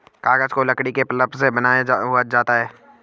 कागज को लकड़ी के पल्प से बनाया जाता है